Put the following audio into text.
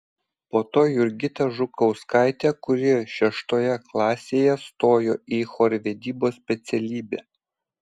po to jurgita žukauskaitė kuri šeštoje klasėje stojo į chorvedybos specialybę